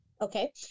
Okay